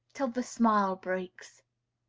till the smile breaks.